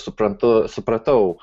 suprantu supratau